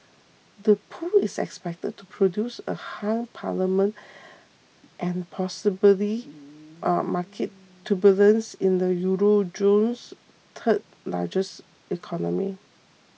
the poll is expected to produce a hung parliament and possibly market turbulence in the Euro zone's third largest economy